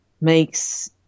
makes